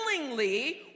willingly